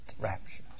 rapture